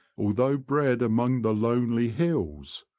although bred among the lonely hills,